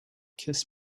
kiss